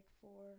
four